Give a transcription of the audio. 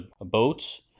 boats